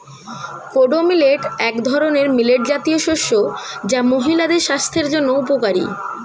kodo millet এক ধরনের millet জাতীয় শস্য যা মহিলাদের স্বাস্থ্যের জন্য উপকারী